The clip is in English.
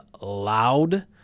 loud